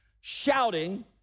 shouting